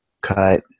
cut